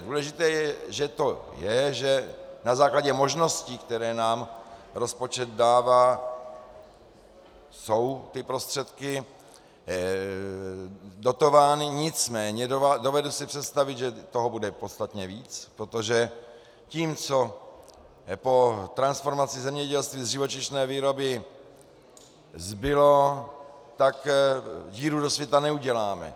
Důležité je, že na základě možností, které nám rozpočet dává, jsou ty prostředky dotovány, nicméně dovedu si představit, že toho bude podstatně víc, protože tím, co po transformaci zemědělství z živočišné výroby zbylo, díru do světa neuděláme.